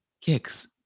kicks